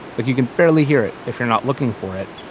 like you can barely hear it if you're not looking for it,